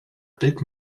big